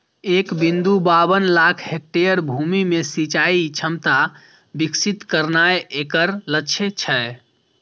एक बिंदु बाबन लाख हेक्टेयर भूमि मे सिंचाइ क्षमता विकसित करनाय एकर लक्ष्य छै